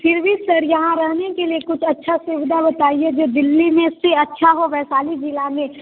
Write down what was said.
फ़िर भी सर यहाँ रहने के लिए कुछ अच्छा सुविधा बताइए जो दिल्ली में से अच्छा हो वैशाली ज़िले में